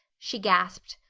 she gasped.